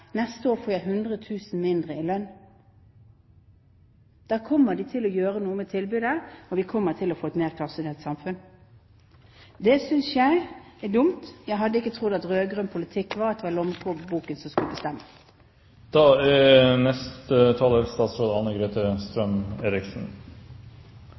Neste år får jeg 100 000 kr mindre i lønn. Det kommer til å gjøre noe med tilbudet, og vi kommer til å få et mer klassedelt samfunn. Det synes jeg er dumt. Jeg hadde ikke trodd at rød-grønn politikk betyr at det er lommeboken som